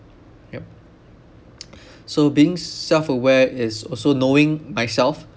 yup so being s~ self aware is also knowing myself